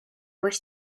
wish